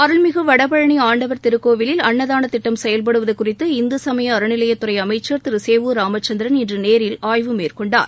அருள்மிகு வடபழனி ஆண்டவர் திருக்கோயிலில் அன்னதானத் திட்டம் செயல்படுவது குறித்து இந்து சமய அறநிலையத்துறை அமைச்சர் திரு சேவூர் ராமச்சந்திரன் இன்று நேரில் ஆய்வு மேற்கொண்டார்